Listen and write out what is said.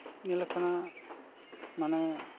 ᱧᱮᱞᱟᱠᱟᱱᱟ ᱢᱟᱱᱮ